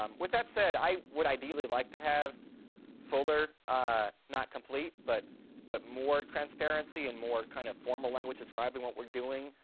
um with that said, i would ideally like to have fuller not complete, but but more transparency, and more kind of formal language describing what we're doing.